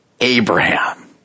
Abraham